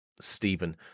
Stephen